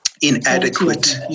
inadequate